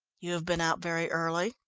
you have been out very early,